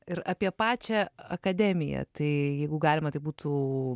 ir apie pačią akademiją tai jeigu galima taip būtų